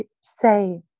say